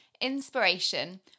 inspiration